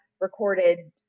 recorded